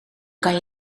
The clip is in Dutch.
kan